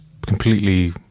completely